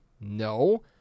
No